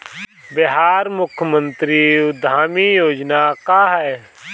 बिहार मुख्यमंत्री उद्यमी योजना का है?